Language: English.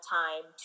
time